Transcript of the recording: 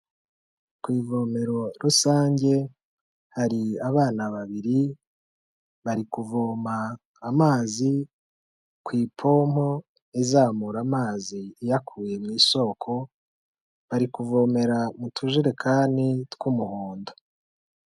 Ku ivomero rusange hari abana babiri bari kuvoma amazi ku ipompo izamura amazi iyakuye mu isoko bari kuvomera mu tujerekani tw'umuhondo.